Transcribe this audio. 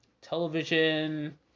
television